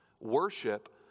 Worship